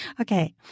Okay